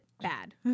bad